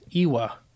Iwa